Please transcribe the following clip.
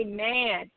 Amen